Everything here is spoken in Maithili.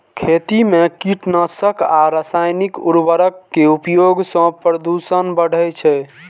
खेती मे कीटनाशक आ रासायनिक उर्वरक के उपयोग सं प्रदूषण बढ़ै छै